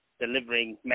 delivering